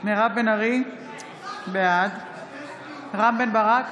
מירב בן ארי, בעד רם בן ברק,